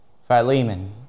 Philemon